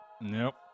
nope